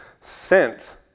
sent